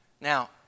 Now